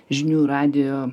žinių radijo